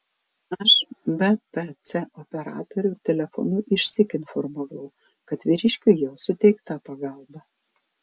aš bpc operatorių telefonu išsyk informavau kad vyriškiui jau suteikta pagalba